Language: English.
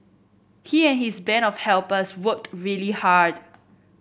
he and his band of helpers worked really hard